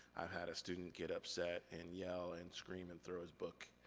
i've had a student get upset, and yell, and scream, and throw a book,